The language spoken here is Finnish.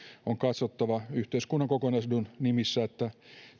on katsottava yhteiskunnan kokonaisedun nimissä että